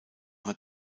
hat